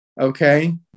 Okay